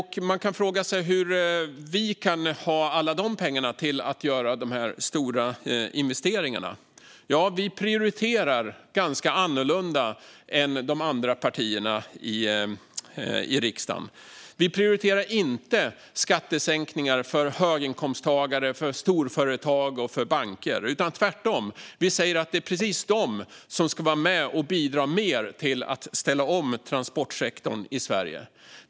Hur kan vi ha alla dessa pengar till att göra de här stora investeringarna? Jo, vi prioriterar ganska annorlunda än de andra partierna i riksdagen. Vi prioriterar inte skattesänkningar för höginkomsttagare, storföretag och banker, utan tvärtom säger vi att just de ska bidra mer till att ställa om transportsektorn i Sverige.